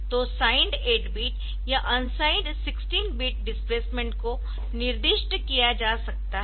तो signed 8 bit या unsigned 16 bit displacement को निर्दिष्ट किया जा सकता है